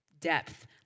Depth